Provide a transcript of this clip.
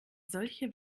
solche